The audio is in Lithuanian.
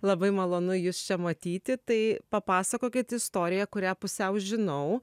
labai malonu jus čia matyti tai papasakokit istoriją kurią pusiau žinau